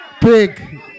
Big